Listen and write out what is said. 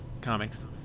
comics